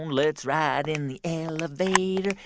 um let's ride in the elevator.